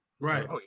Right